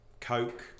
coke